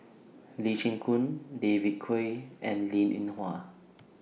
Lee Chin Koon David Kwo and Linn in Hua